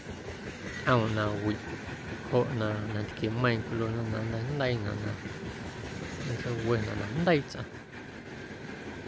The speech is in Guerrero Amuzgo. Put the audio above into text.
Ñꞌoom nawiꞌ joꞌ na natquiemeiiⁿ cwiluena na nnteijndeiinaꞌ na nntseiwenaꞌ na jndeii tsꞌaⁿ.